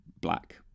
black